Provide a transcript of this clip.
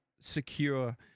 secure